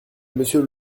monsieur